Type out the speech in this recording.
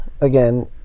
again